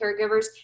caregivers